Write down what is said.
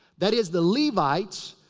that is, the levites,